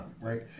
right